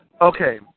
Okay